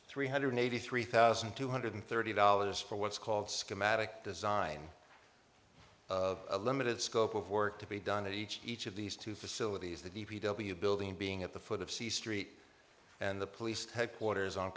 three hundred eighty three thousand two hundred thirty dollars for what's called schematic design of a limited scope of work to be done at each each of these two facilities the d p w building being at the foot of c street and the police headquarters on